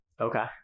Okay